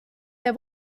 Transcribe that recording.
der